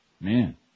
Man